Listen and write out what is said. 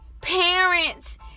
parents